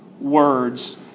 words